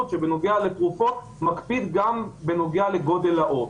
שבנוגע לתרופות מקפיד גם בנוגע לגודל האות.